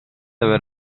aver